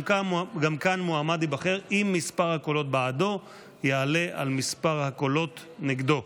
גם כאן מועמד ייבחר אם מספר הקולות בעדו יעלה על מספר הקולות נגדו.